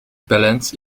balance